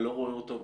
אני לא רואה אותו,